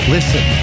Listen